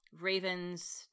Raven's